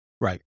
Right